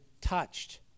touched